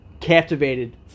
Captivated